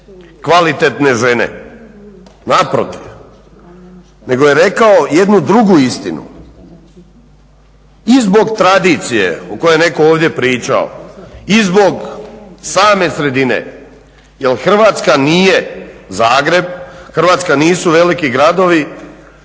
kvalitetne žene, naprotiv, nego je rekao jednu drugu istinu i zbog tradicije o kojoj je netko ovdje pričao i zbog same sredine jer Hrvatska nije Zagreb, Hrvatska nisu veliki gradovi